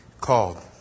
called